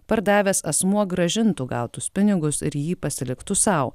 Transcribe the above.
pardavęs asmuo grąžintų gautus pinigus ir jį pasiliktų sau